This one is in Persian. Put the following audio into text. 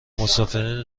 مسافرین